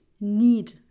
need